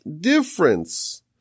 difference